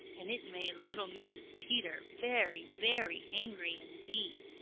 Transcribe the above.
and it made little mrs. peter very, very angry indeed.